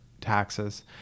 taxes